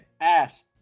ass